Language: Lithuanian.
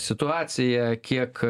situaciją kiek